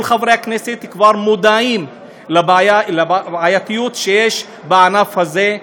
כל חברי הכנסת כבר מודעים לבעייתיות שיש בענף הזה.